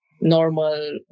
normal